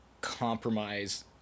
compromise